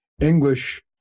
English